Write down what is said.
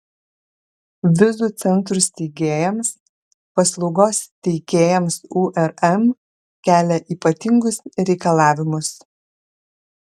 vizų centrų steigėjams paslaugos teikėjams urm kelia ypatingus reikalavimus